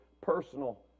personal